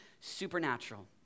supernatural